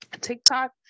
TikTok